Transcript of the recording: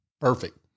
Perfect